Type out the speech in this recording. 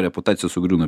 reputacija sugriūna